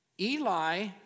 Eli